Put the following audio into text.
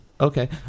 Okay